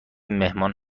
مهمان